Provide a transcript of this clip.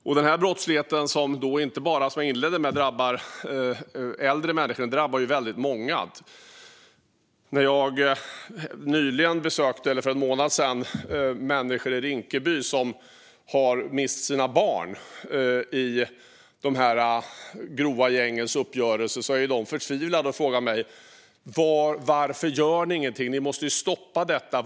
Jag inledde med att tala om hur den här brottsligheten drabbar äldre människor. Men den drabbar även väldigt många andra. För en månad sedan besökte jag människor i Rinkeby som mist sina barn i de grova gängens uppgörelser. De var förtvivlade och frågade mig: Varför gör ni ingenting? Ni måste stoppa detta!